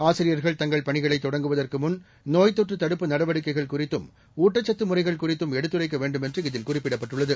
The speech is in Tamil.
ஆசிரியர்கள் தங்கள் பணிகளை தொடங்குவதற்கு முன் நோய் தொற்று தடுப்பு நடவடிக்கைகள் குறித்தும் ஊட்டச்சத்து முறைகள் குறித்தும் எடுத்துரைக்க வேண்டுமென்று இதில் குறிப்பிடப்பட்டுள்ளது